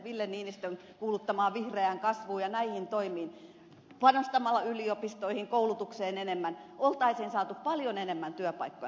ville niinistön kuuluttamaan vihreään kasvuun ja näihin toimiin panostamalla yliopistoihin koulutukseen enemmän olisi saatu paljon enemmän työpaikkoja